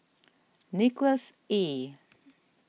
Nicholas Ee